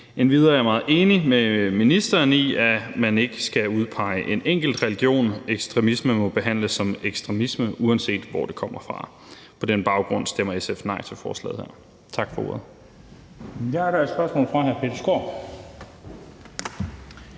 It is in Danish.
Endvidere er jeg meget enig med ministeren i, at man ikke skal udpege en enkelt religion. Ekstremisme må behandles som ekstremisme, uanset hvor det kommer fra. På den baggrund stemmer SF nej til forslaget. Tak for ordet.